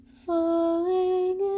falling